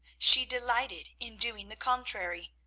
she delighted in doing the contrary,